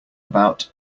about